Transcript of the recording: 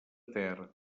ter